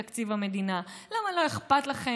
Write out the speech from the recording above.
אבל אין ממשלה.